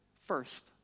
first